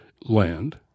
land